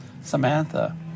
Samantha